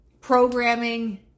programming